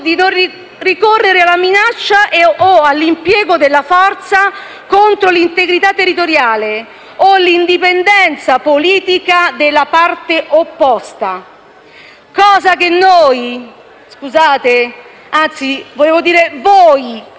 ricorrere alla minaccia o all'impiego della forza contro l'integrità territoriale o l'indipendenza politica della parte opposta. Cosa che noi, anzi voi che